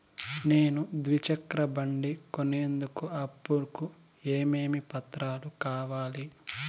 నేను ద్విచక్ర బండి కొనేందుకు అప్పు కు ఏమేమి పత్రాలు కావాలి?